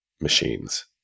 machines